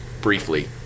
briefly